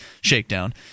shakedown